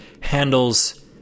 handles